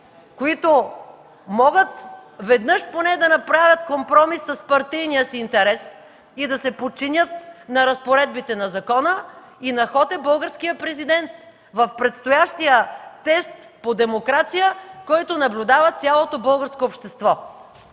които могат поне веднъж да направят компромис с партийния си интерес и да се подчинят на разпоредбите на закона. На ход е и Българският Президент в предстоящия тест по демокрация, който цялото българско общество